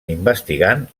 investigant